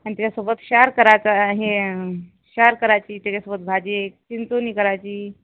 आणि त्याच्यासोबत सार करायचा हे सार करायची त्याच्यासोबत भाजी एक चिंचुनी करायची